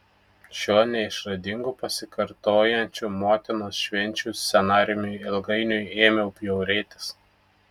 šiuo neišradingu pasikartojančių motinos švenčių scenarijumi ilgainiui ėmiau bjaurėtis